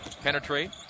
penetrate